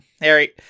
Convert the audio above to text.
Harry